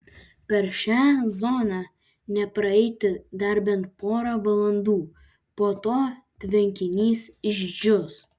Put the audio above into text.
per šią zoną nepraeiti dar bent porą valandų po to tvenkinys išdžius